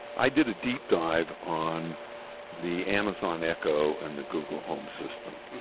i did a deep dive on the amazon echo and the google home system.